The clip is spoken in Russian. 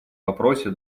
вопросе